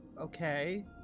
Okay